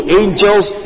angels